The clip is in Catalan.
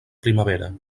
primavera